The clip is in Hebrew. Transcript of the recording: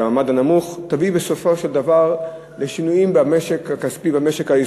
המעמד הנמוך ותביא בסופו של דבר לשינויים במשק הישראלי.